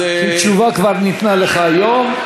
אז, כי תשובה כבר ניתנה לך היום,